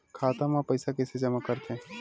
खाता म पईसा कइसे जमा करथे?